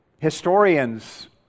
Historians